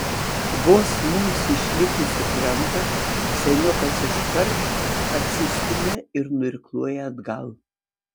vos mums išlipus į krantą seniokas iškart atsistumia ir nuirkluoja atgal